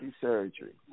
surgery